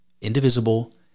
indivisible